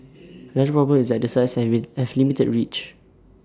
another problem is that the sites have limited reach